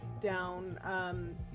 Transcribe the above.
down